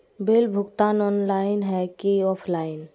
Bill भुगतान online है की ऑफलाइन?